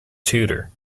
tutor